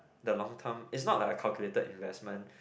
the long term is not like a calculated investment